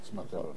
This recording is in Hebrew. נכון.